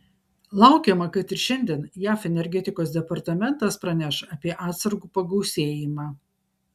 laukiama kad ir šiandien jav energetikos departamentas praneš apie atsargų pagausėjimą